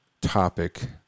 topic